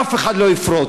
אף אחד לא יפרוץ.